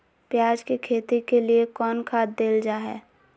प्याज के खेती के लिए कौन खाद देल जा हाय?